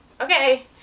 okay